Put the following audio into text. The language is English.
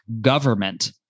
government